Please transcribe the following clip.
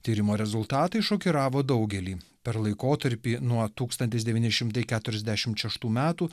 tyrimo rezultatai šokiravo daugelį per laikotarpį nuo tūkstantis devyni šimtai keturiasdešim šeštų metų